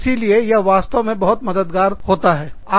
इसीलिए यह वास्तव में बहुत मददगार होता है